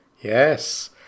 Yes